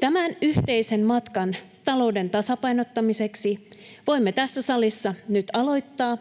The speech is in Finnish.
Tämän yhteisen matkan talouden tasapainottamiseksi voimme tässä salissa nyt aloittaa